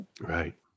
Right